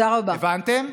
הבנתם?